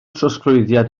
trosglwyddiad